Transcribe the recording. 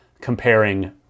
comparing